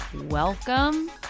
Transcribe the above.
welcome